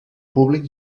públic